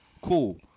cool